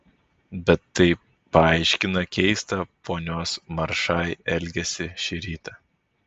bet tai paaiškina keistą ponios maršai elgesį šį rytą